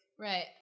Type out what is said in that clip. Right